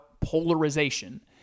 polarization